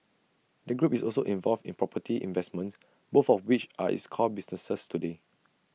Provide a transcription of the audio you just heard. the group is also involved in property investments both of which are its core businesses today